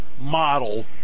model